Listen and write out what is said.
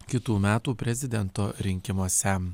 kitų metų prezidento rinkimuose